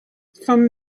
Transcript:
from